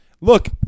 Look